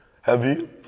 Heavy